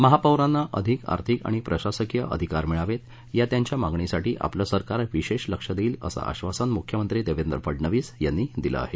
महापौरांना अधिक आर्थिक आणि प्रशासकीय अधिकार मिळावेत या त्यांच्या मागणीसाठी आपलं सरकार विशेष लक्ष देईल असं आश्वासन मुख्यमंत्री देवेंद्र फडणवीस यांनी दिलं आहे